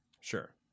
Sure